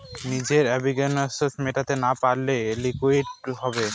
নিজের অব্লিগেশনস মেটাতে না পারলে লিকুইডিটি হবে